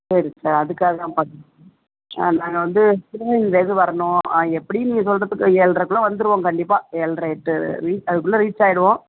சரி சார் அதுக்காக தான் பார்த்தேன் நாங்கள் வந்து சிவகங்கையிலருந்து வரணும் எப்படியும் நீங்கள் சொல்றதுக்கு ஏழ்ரைக்குள்ளே வந்துருவோம் கண்டிப்பாக ஏழ்ரை எட்டு ரீச் அதுக்குள்ளே ரீச்சாயிவிடுவோம்